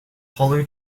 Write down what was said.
hollow